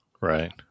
Right